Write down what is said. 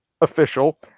official